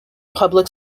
public